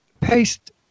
paste